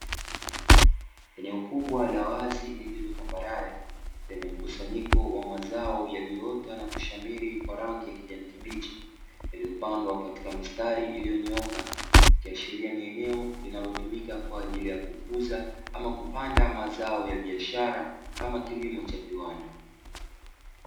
Eneo kubwa la wazi lililo tambarare, lenye mkusanyiko wa mazao yaliyoota na kushamiri kwa rangi ya kijani kibichi, yaliyopandwa katika mistari iliyonyooka, ikiashiria ni eneo linalotumika kwa ajili ya kukuza, ama kupanda mazao ya biashara kama kilimo cha viwanda.